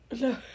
No